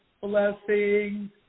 blessings